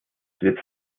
wird